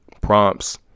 prompts